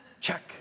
Check